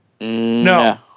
no